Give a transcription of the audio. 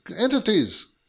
entities